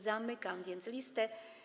Zamykam więc listę.